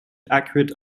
accurate